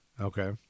Okay